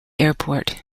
airport